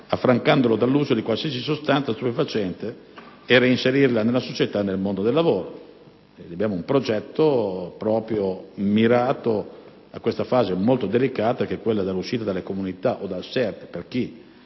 affrancarla dall'uso di qualsiasi sostanza stupefacente e reinserirla nella società e nel mondo del lavoro. Abbiamo un progetto mirato proprio a questa fase molto delicata, che è quella dell'uscita dalle comunità o dal SERT: chi